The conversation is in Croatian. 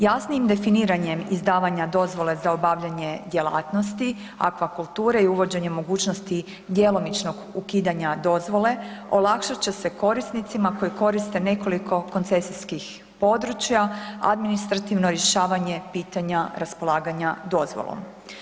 Jasnijim definiranjem izdavanja dozvole za obavljanje djelatnosti akvakulture i uvođenje mogućnosti djelomičnog ukidanja dozvole olakšat će se korisnicima koji koriste nekoliko koncesijskih područja, administrativno rješavanje pitanja raspolaganja dozvolom.